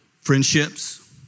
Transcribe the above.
Friendships